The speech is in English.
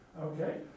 Okay